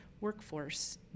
workforce